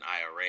IRA